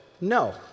No